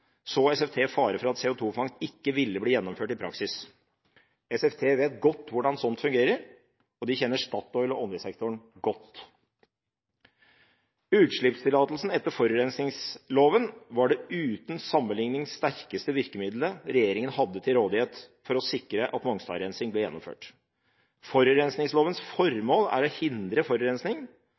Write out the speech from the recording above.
SFT så en fare for at CO2-fangst ikke ville bli gjennomført i praksis uten et klart pålegg fra dag én. SFT vet godt hvordan sånt fungerer, og de kjenner Statoil og oljesektoren godt. Utslippstillatelsen etter forurensingsloven var uten sammenlikning det sterkeste virkemiddelet regjeringen hadde til rådighet for å sikre at Mongstad-rensing ble gjennomført. Forurensingslovens formål er å hindre